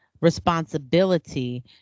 responsibility